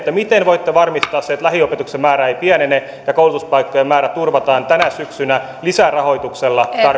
miten voitte varmistaa sen että lähiopetuksen määrä ei pienene ja koulutuspaikkojen määrä turvataan tänä syksynä lisärahoituksella